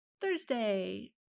Thursday